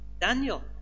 Daniel